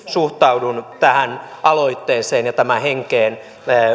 suhtaudun tähän aloitteeseen ja tämän henkeen